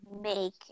make